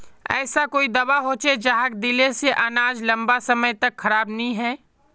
ऐसा कोई दाबा होचे जहाक दिले से अनाज लंबा समय तक खराब नी है?